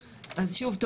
שוב,